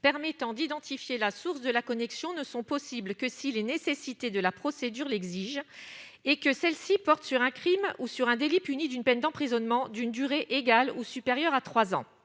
permettant d'identifier la source de la connexion ne sont possibles que si les nécessités de la procédure l'exige et que celle-ci porte sur un Crime ou sur un délit puni d'une peine d'emprisonnement, d'une durée égale ou supérieure à 3 ans